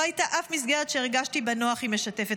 לא הייתה אף מסגרת שהרגשתי בה נוח, היא משתפת.